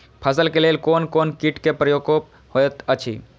फसल के लेल कोन कोन किट के प्रकोप होयत अछि?